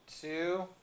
Two